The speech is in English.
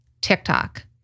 TikTok